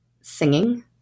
singing